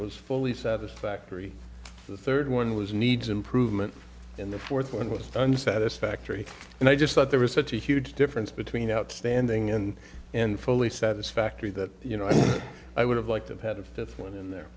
was fully satisfactory the third one was needs improvement in the fourth one was under satisfactory and i just thought there was such a huge difference between outstanding and and fully satisfactory that you know i would have liked it had a fifth one in there